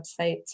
website